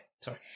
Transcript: sorry